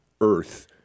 earth